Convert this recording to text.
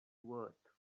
worth